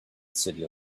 city